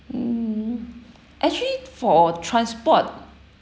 mm actually for transport